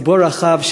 ציבור רחב,